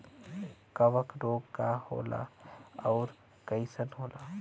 कवक रोग का होला अउर कईसन होला?